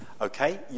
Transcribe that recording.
Okay